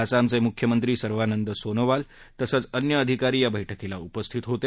आसामचे मुख्यमंत्री सर्वानंद सोनोवाल तसंच अन्य अधिकारी या बैठकीला उपस्थित होते